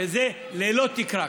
שזה ללא תקרה,